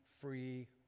free